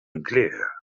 unclear